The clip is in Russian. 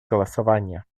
голосования